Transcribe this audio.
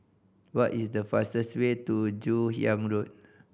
what is the fastest way to Joon Hiang Road